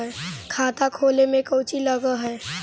खाता खोले में कौचि लग है?